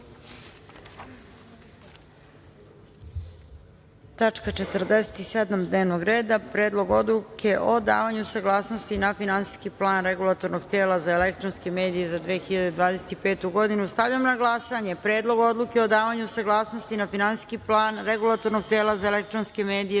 47. dnevnog reda - Predlog odluke o davanju saglasnosti na Finansijski plan Regulatornog tela za elektronske medije za 2025. godinu. Stavljam na glasanje Predlog odluke o davanju saglasnosti na Finansijski plan Regulatornog tela za elektronske medije